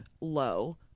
low